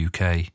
UK